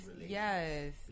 Yes